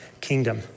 kingdom